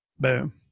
Boom